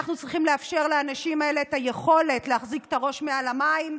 אנחנו צריכים לאפשר לאנשים האלה את היכולת להחזיק את הראש מעל למים,